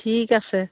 ঠিক আছে